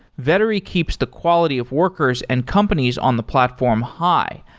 vettery keeps the quality of workers and companies on the platform high,